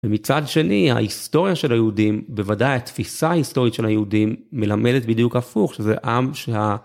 מצד שני ההיסטוריה של היהודים בוודאי התפיסה ההיסטורית של היהודים מלמדת בדיוק הפוך שזה עם שה...